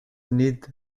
need